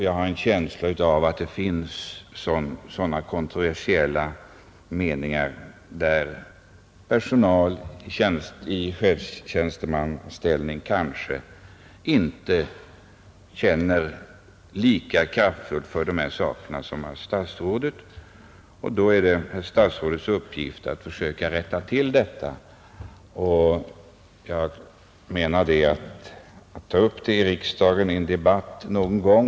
Jag har en känsla av att det finns sådana kontroversiella uppfattningar och att det finns personal i chefsställning som kanske inte känner lika djupt för dessa saker som herr statsrådet. Då är det herr statsrådets uppgift att söka rätta till dessa missförhållanden. Jag anser att denna fråga bör levandegöras här i riksdagen någon gång.